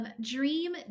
dream